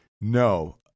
No